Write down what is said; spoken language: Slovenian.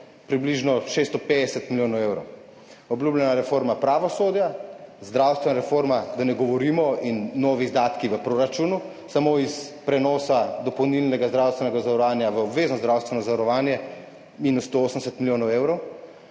približno 650 milijonov evrov. Obljubljena reforma pravosodja, zdravstvena reforma, da ne govorimo, in novi izdatki v proračunu, samo iz prenosa dopolnilnega zdravstvenega zavarovanja v obvezno zdravstveno zavarovanje minus 180 milijonov evrov.